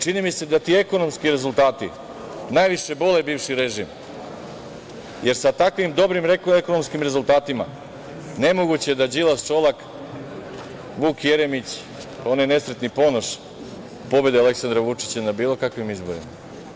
Čini mi se da ti ekonomski rezultati najviše bole bivši režim jer sa takvim dobrim ekonomskim rezultatima nemoguće je da Đilas, Šolak, Vuk Jeremić, onaj nesretni Ponoš, pobede Aleksandra Vučića na bilo kakvim izborima.